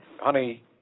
Honey